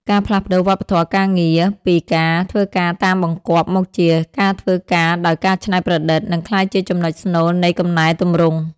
ការផ្លាស់ប្តូរវប្បធម៌ការងារពីការ "ធ្វើការតាមបង្គាប់" មកជា "ការធ្វើការដោយការច្នៃប្រឌិត" នឹងក្លាយជាចំណុចស្នូលនៃកំណែទម្រង់។